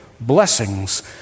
blessings